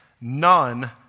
none